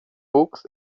books